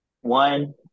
one